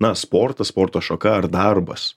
na sportas sporto šaka ar darbas